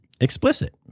explicit